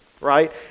right